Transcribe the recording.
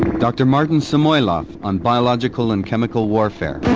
dr martin samoilov on biological and chemical warfare.